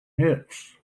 hits